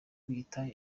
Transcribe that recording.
kwiyita